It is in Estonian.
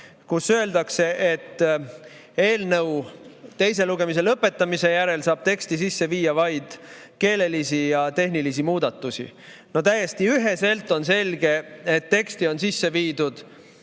kus öeldakse, et eelnõu teise lugemise lõpetamise järel saab teksti sisse viia vaid keelelisi ja tehnilisi muudatusi. Täiesti üheselt on selge, et sellesse teksti on sisse viidud